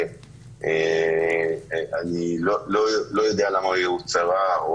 שאני לא יודע למה היא הוצהרה.